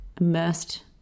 immersed